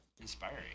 inspiring